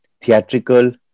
theatrical